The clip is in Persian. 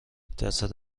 جسد